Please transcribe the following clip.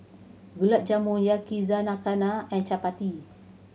Gulab Jamun Yakizakana and Chapati